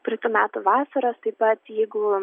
praeitų metų vasaros taip pat jeigu